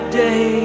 day